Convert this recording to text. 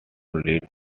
lead